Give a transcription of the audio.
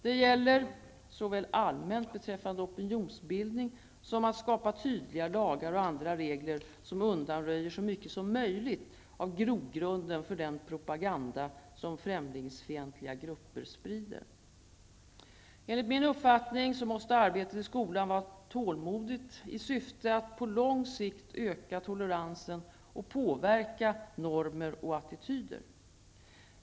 Det gäller såväl allmänt beträffande opinionsbildning som att skapa tydliga lagar och andra regler som undanröjer så mycket som möjligt av grogrunden för den propaganda som främlingsfientliga grupper sprider. Enligt min uppfattning måste arbetet i skolan vara tålmodigt i syfte att på lång sikt öka toleransen och påverka normer och attityder.